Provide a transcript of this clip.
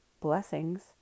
blessings